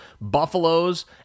buffaloes